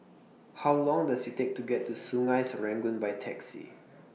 How Long Does IT Take to get to Sungei Serangoon By Taxi